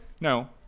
No